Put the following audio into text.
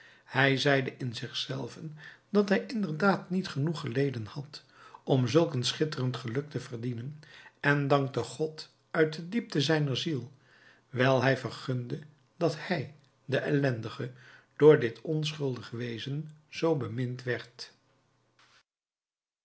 hij zeide in zich zelven dat hij inderdaad niet genoeg geleden had om zulk een schitterend geluk te verdienen en dankte god uit de diepte zijner ziel wijl hij vergunde dat hij de ellendige door dit onschuldig wezen zoo bemind werd